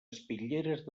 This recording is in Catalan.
espitlleres